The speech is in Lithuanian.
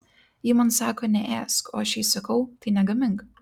ji man sako neėsk o aš jai sakau tai negamink